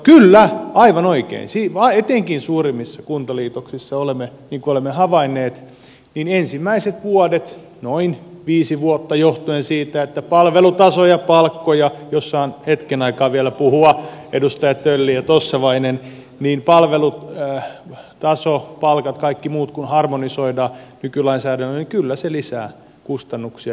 kyllä aivan oikein etenkin suurimmissa kuntaliitoksissa niin kuin olemme havainneet ensimmäiset vuodet noin viisi vuotta johtuen siitä jos saan hetken aikaa vielä puhua edustajat tölli ja tossavainen että palvelutaso palkat kaikki muut harmonisoidaan nykylainsäädännöllä kyllä se lisää kustannuksia joksikin aikaa